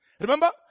Remember